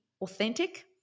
authentic